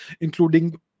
including